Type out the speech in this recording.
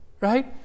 right